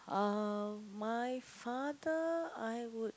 uh my father I would